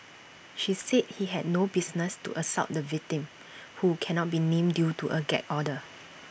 she said he had no business to assault the victim who cannot be named due to A gag order